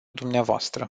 dumneavoastră